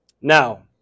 now